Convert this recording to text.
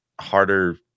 harder